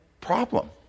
problem